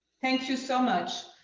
thank you so much.